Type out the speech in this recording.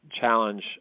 challenge